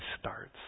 starts